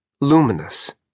luminous